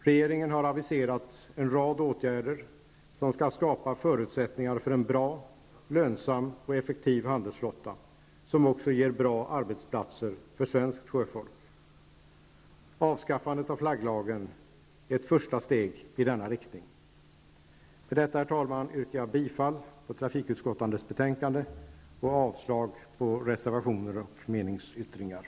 Regeringen har aviserat en rad åtgärder som skall skapa förutsättningar för en bra, lönsam och effektiv handelsflotta, som också ger bra arbetsplatser för svenskt sjöfolk. Avskaffandet av flagglagen är ett första steg i denna riktning. Med detta, herr talman, yrkar jag bifall till hemställan i trafikutskottets betänkande och avslag på reservationen och meningsyttringen.